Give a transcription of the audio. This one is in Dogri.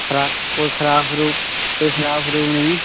खराब कोई खराब कोई खराब खरूब नेईं